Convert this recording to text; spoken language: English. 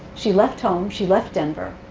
she left home, she left denver,